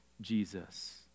Jesus